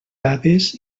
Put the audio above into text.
dades